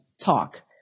talk